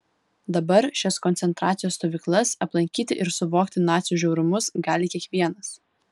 dabar šias koncentracijos stovyklas aplankyti ir suvokti nacių žiaurumus gali kiekvienas